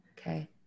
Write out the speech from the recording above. Okay